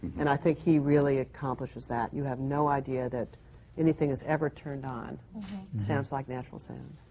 and i think he really accomplishes that. you have no idea that anything is ever turned on. it sounds like natural sound.